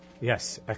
Yes